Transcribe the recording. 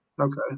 Okay